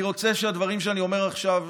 אני רוצה שהדברים שאני אומר עכשיו,